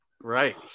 right